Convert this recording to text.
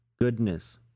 goodness